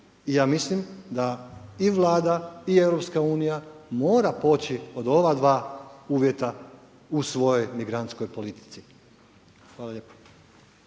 i ja mislim da i Vlada, i Europska unija mora poći od ova dva uvjeta u svojoj migrantskoj politici. Hvala lijepo.